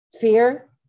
Fear